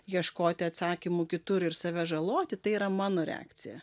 ieškoti atsakymų kitur ir save žaloti tai yra mano reakcija